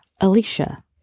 Alicia